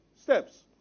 steps